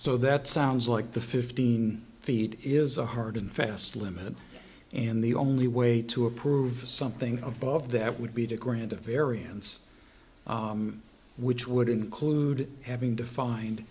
so that sounds like the fifteen feet is a hard and fast limit in the only way to approve something above that would be to grant a variance which would include having to find